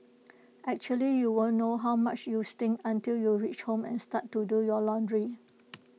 actually you won't know how much you stink until you reach home and start to do your laundry